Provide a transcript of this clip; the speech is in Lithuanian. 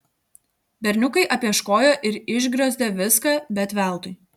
berniukai apieškojo ir išgriozdė viską bet veltui